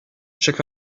chaque